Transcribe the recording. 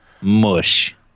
Mush